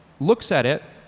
looks at it,